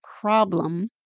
problem